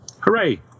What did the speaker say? hooray